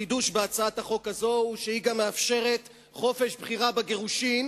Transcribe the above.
החידוש בהצעת החוק הזאת הוא שהיא גם מאפשרת חופש בחירה בגירושין,